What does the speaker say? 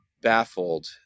baffled